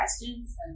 questions